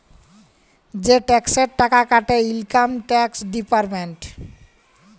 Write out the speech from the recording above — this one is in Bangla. যে টেকসের টাকা কাটে ইলকাম টেকস ডিপার্টমেল্ট